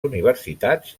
universitats